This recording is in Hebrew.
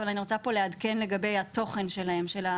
אבל אני רוצה לעדכן פה לגבי התוכן של הביקורות,